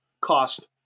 cost